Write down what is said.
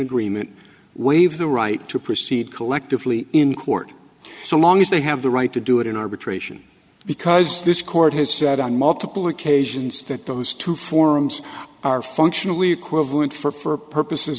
agreement waive the right to proceed collectively in court so long as they have the right to do it in arbitration because this court has said on multiple occasions that those two forms are functionally equivalent for purposes